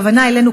הכוונה אלינו,